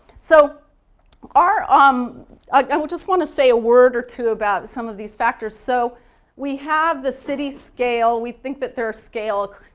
so our, um ah i would just want to say a word or two about some of these factors so we have the city scale. we think that they're a scale,